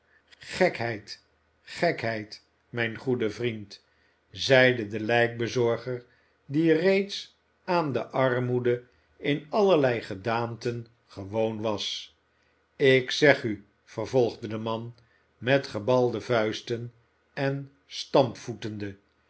gekheid gekheid mijn goede vriend zeide de lijkbezorger die reeds aan de armoede in allerlei gedaanten gewoon was ik zeg u vervolgde de man met gebalde vuisten en